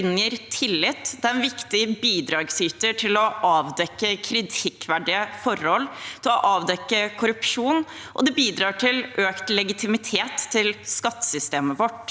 inngir tillit. Det er en viktig bidragsyter til å avdekke kritikkverdige forhold og til å avdekke korrupsjon, og det bidrar til økt legitimitet til skattesystemet vårt.